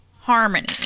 Harmony